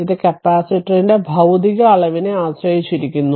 ഇത് കപ്പാസിറ്ററിന്റെ ഭൌതിക അളവിനെ ആശ്രയിച്ചിരിക്കുന്നു